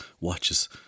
watches